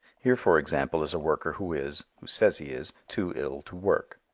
here for example is a worker who is, who says he is, too ill to work.